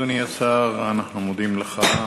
אדוני השר, אנחנו מודים לך.